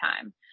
time